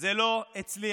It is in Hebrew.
זה לא הצליח.